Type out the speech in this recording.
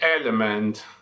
element